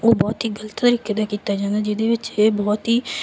ਉਹ ਬਹੁਤ ਹੀ ਗਲਤ ਤਰੀਕੇ ਦਾ ਕੀਤਾ ਜਾਂਦਾ ਜਿਹਦੇ ਵਿੱਚ ਇਹ ਬਹੁਤ ਹੀ